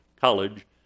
college